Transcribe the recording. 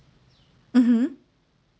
mmhmm